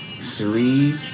three